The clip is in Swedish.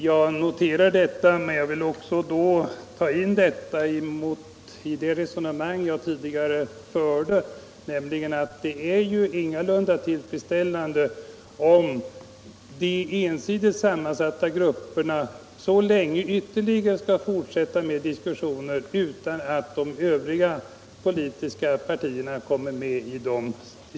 Jag noterar det, men vill också erinra om det resonemang jag tidigare förde, nämligen att det ingalunda är tillfredsställande om de ensidigt sammansatta arbetsgrupperna skall fortsätta så länge ytterligare med diskussioner utan att de övriga politiska partierna kommer med i dem.